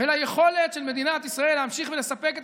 וליכולת של מדינת ישראל להמשיך ולספק את